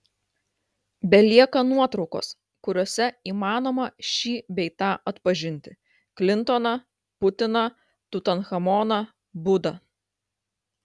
belieka nuotraukos kuriose įmanoma šį bei tą atpažinti klintoną putiną tutanchamoną budą